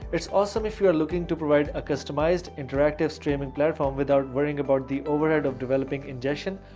it's awesome if you are looking to provide a customized interactive streaming platform without worrying about the overhead of developing ingestion,